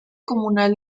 comunal